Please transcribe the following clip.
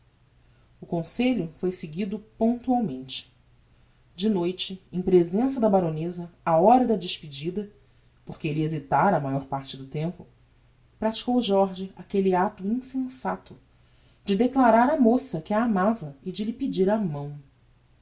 o conselho foi seguido pontualmente de noite em presença da baroneza á hora da despedida porque elle hesitara a maior parte do tempo praticou jorge aquelle acto insensato de declarar á moça que a amava e de lhe pedir a mão